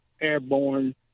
airborne